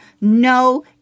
No